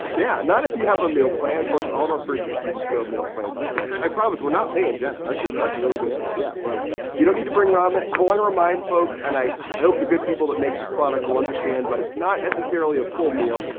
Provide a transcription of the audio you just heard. yeah, not if you have a meal plan. of course, all of our first-year students do have meal plans on campus. i promise we're not paying jenna. that's just, that's a really good answer, yeah. so you don't need to bring ramen. i want to remind folks and i, i hope the good people that make this product will understand, but it's not necessarily a full meal.